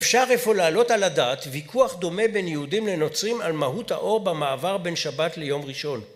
אפשר אפוא לעלות על הדעת ויכוח דומה בין יהודים לנוצרים על מהות האור במעבר בין שבת ליום ראשון.